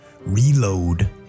reload